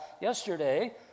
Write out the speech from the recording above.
yesterday